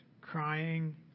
crying